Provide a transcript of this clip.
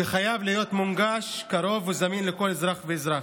שחייב להיות מונגש, קרוב וזמין לכל אזרח ואזרח.